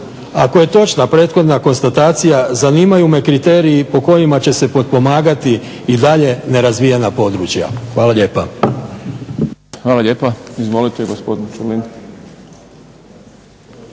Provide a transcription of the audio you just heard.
Ako je točna prethodna konstatacija zanimaju me kriteriji po kojima će se potpomagati i dalje nerazvijena područja. Hvala lijepa. **Šprem, Boris (SDP)** Hvala lijepa. Izvolite gospodin Ćurlin.